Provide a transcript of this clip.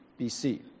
BC